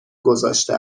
گذاشته